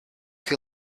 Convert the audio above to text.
can